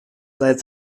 seit